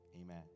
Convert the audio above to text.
amen